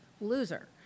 loser